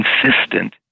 consistent